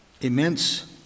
immense